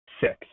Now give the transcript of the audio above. six